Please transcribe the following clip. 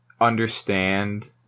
understand